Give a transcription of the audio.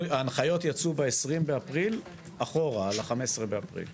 ההנחיות יצאו ב-20 באפריל אחורה ל-15 באפריל.